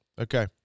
Okay